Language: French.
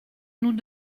nous